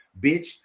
bitch